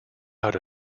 out